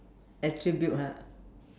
attribute ah